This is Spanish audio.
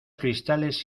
cristales